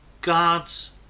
God's